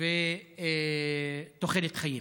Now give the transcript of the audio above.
ותוחלת חיים.